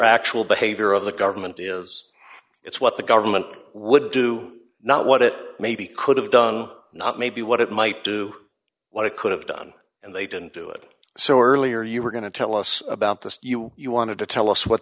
actual behavior of the government is it's what the government would do not what it maybe could have done not maybe what it might do what it could have done and they didn't do it so earlier you were going to tell us about this you you wanted to tell us what